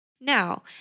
Now